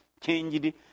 changed